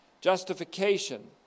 justification